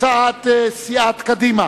הצעת סיעת קדימה